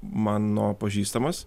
mano pažįstamas